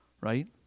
right